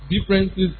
differences